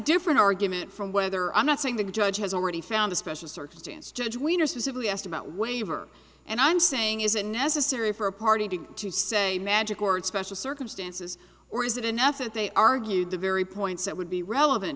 different argument from whether i'm not saying the judge has already found a special circumstance judge wiener specifically asked about waiver and i'm saying is it necessary for a party to go to say magic word special circumstances or is it enough that they argued the very points that would be relevant